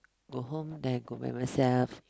go home then I go back myself